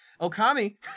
Okami